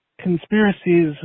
conspiracies